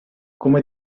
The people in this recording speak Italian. come